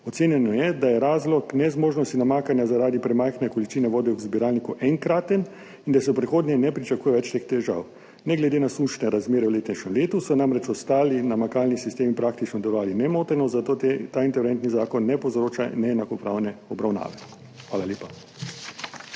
Ocenjeno je, da je razlog nezmožnosti namakanja zaradi premajhne količine vode v zbiralniku enkraten in da se v prihodnje ne pričakuje več teh težav. Ne glede na sušne razmere v letošnjem letu, so namreč ostali namakalni sistemi delovali praktično nemoteno, zato ta interventni zakon ne povzroča neenakopravne obravnave. Hvala lepa.